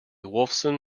wolfson